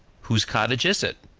whose cottage is it?